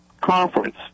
conference